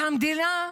והמדינה,